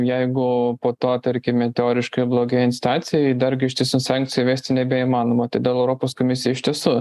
jeigu po to tarkime teoriškai blogėjant situacijai dar griežtesnių sankcijų įvesti nebeįmanoma todėl europos komisija iš tiesų